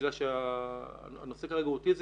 בגלל שהנושא כרגע הוא אוטיזם,